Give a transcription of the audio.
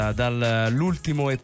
dall'ultimo